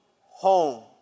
home